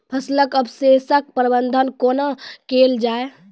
फसलक अवशेषक प्रबंधन कूना केल जाये?